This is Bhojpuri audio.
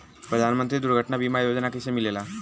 प्रधानमंत्री दुर्घटना बीमा योजना कैसे मिलेला?